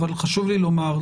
אבל חשוב לי לומר,